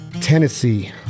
Tennessee